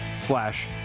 slash